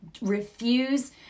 refuse